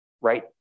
right